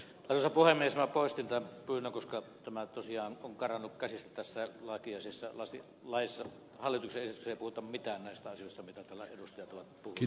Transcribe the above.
tällä puolen ei saa postitettuina koska mä tosiaan on karannut käsistä tässä lakiosissa lasin laissa hallitus ei se muuta mitään näistä asioista mitä talletusten loppukin